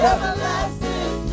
Everlasting